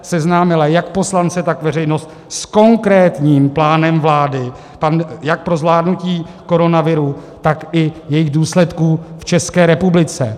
Seznámila jak poslance, tak veřejnost s konkrétním plánem vlády jak pro zvládnutí koronaviru, tak i jeho důsledků v České republice.